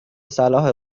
صلاح